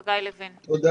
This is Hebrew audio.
חגי לוין, בבקשה.